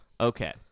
Okay